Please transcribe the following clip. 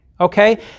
Okay